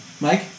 Mike